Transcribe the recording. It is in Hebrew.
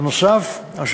נוסף על כך,